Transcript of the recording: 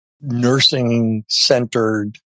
nursing-centered